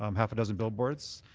um half a dozen billboards,